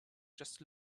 just